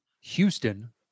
Houston